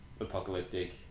apocalyptic